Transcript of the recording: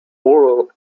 oral